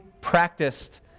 practiced